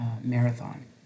Marathon